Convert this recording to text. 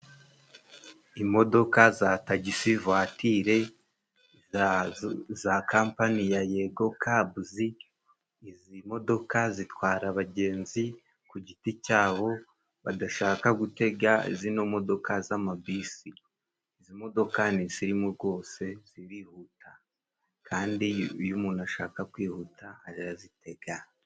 Imodoka za tagisi vature, za kampani ya yego kabuzi, izi modoka zitwara abagenzi ku giti cyabo, badashaka gutega zino modoka z'amabisi. Izi modoka ni insirimu rwose zirihuta, kandi iyo umuntu ashaka kwihuta arazitega.